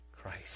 Christ